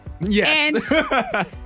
Yes